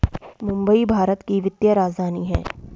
मुंबई भारत की वित्तीय राजधानी है